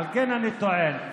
ועל כן אני טוען.